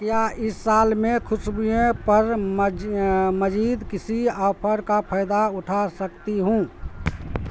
کیا اس سال میں خوشبوئیں پر مزید کسی آفر کا فائدہ اٹھا سکتی ہوں